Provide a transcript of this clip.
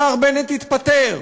השר בנט התפטר,